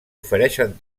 ofereixen